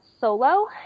solo